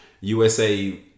USA